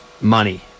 money